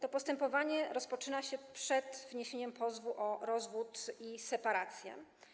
To postępowanie rozpoczyna się przed wniesieniem pozwu o rozwód lub separację.